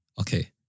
Okay